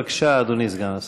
בבקשה, אדוני סגן השר.